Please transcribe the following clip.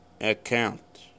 account